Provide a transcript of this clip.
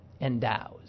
endows